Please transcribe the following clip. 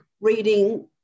reading